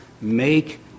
make